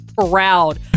proud